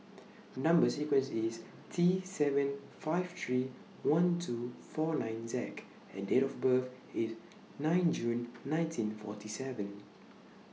Number sequence IS T seven five three one two four nine Z and Date of birth IS nine June nineteen forty seven